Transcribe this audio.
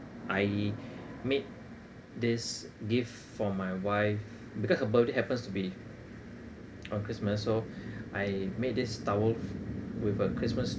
I made this gift for my wife because her birthday happens to be on christmas so I made this towel with a christmas